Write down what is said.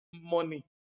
money